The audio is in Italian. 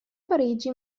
parigi